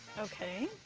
okay.